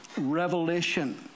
revelation